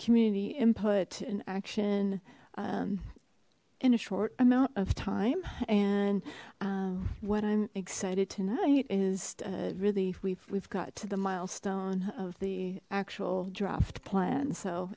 community input and action in a short amount of time and what i'm excited tonight is really we've we've got to the milestone of the actual draft plan so